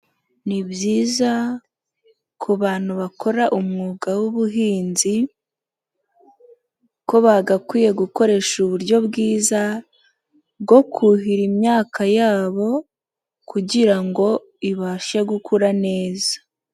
Ni byiza ku bantu bakora umwuga w'ubuhinzi, ko bagakwiye gukoresha uburyo bwiza bwo kuhira imyaka yabo, kugira ngo ibashe gukura neza.